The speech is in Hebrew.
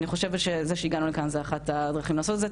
אני חושבת שזה שהגענו לכאן זו אחת הדרכים לעשות את זה.